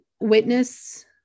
witness